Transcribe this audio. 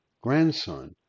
grandson